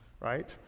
right